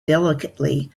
delicately